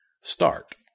start